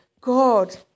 God